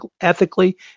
ethically